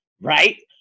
right